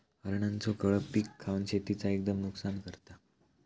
हरणांचो कळप पीक खावन शेतीचा एकदम नुकसान करता